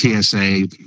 tsa